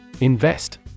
Invest